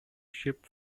ship